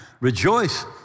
Rejoice